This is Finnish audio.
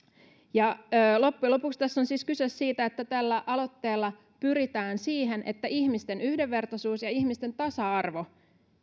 loppujen lopuksi tässä on siis kyse siitä että tällä aloitteella pyritään siihen että ihmisten yhdenvertaisuus ja ihmisten tasa arvo